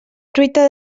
truita